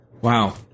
Wow